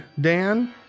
Dan